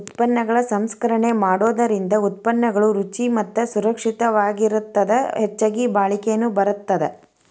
ಉತ್ಪನ್ನಗಳ ಸಂಸ್ಕರಣೆ ಮಾಡೋದರಿಂದ ಉತ್ಪನ್ನಗಳು ರುಚಿ ಮತ್ತ ಸುರಕ್ಷಿತವಾಗಿರತ್ತದ ಹೆಚ್ಚಗಿ ಬಾಳಿಕೆನು ಬರತ್ತದ